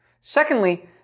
Secondly